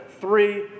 three